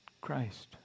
Christ